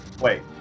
wait